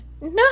No